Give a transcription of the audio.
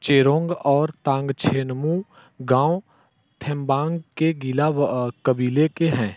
चेरोंग और तांगछेनमु गाँव थेम्बांग के गीला व कबीले के हैं